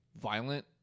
violent